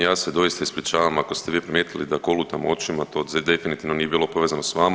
Ja se doista ispričavam ako ste vi primijetili da kolutam očima to definitivno nije bilo povezano sa vama.